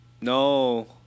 No